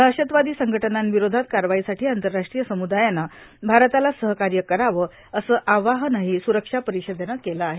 दहशतवादी संघटनांविरोधात कारवाईसाठी आंतरराष्ट्रीय सम्दायानं भारताला सहकार्य करावं असं आवाहनही स्रक्षा परिषदेनं केलं आहे